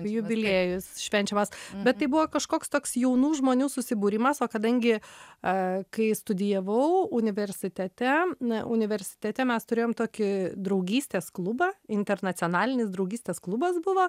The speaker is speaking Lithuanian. jubiliejus švenčiamas bet tai buvo kažkoks toks jaunų žmonių susibūrimas o kadangi kai studijavau universitete universitete mes turėjom tokį draugystės klubą internacionalinės draugystės klubas buvo